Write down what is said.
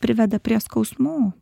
priveda prie skausmų